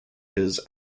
his